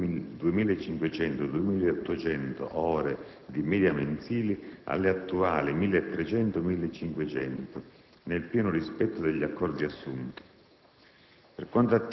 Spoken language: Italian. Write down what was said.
passando dalle 2.500-2.800 ore medie mensili alle attuali 1.300-1.500, nel pieno rispetto degli accordi assunti.